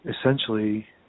essentially